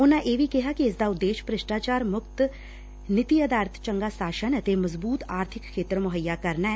ਉਨਾਂ ਇਹ ਵੀ ਕਿਹਾ ਕਿ ਇਸ ਦਾ ਉਦੇਸ਼ ਭ੍ਰਿਸ਼ਟਾਚਾਰ ਮੁਕਤ ਨੀਤੀ ਆਧਾਰਿਤ ਚੰਗਾ ਸ਼ਾਸਨ ਅਤੇ ਮਜ਼ਬੁਤ ਆਰਥਿਕ ਖੇਤਰ ਮੁਹੱਈਆ ਕਰਨਾ ਐ